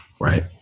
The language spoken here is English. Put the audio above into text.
right